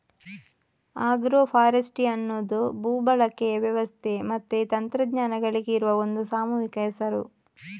agro forestry ಅನ್ನುದು ಭೂ ಬಳಕೆಯ ವ್ಯವಸ್ಥೆ ಮತ್ತೆ ತಂತ್ರಜ್ಞಾನಗಳಿಗೆ ಇರುವ ಒಂದು ಸಾಮೂಹಿಕ ಹೆಸರು